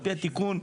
על-פי התיקון,